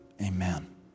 Amen